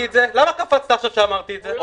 לא, לא, יש גם אחריות אישית.